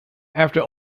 after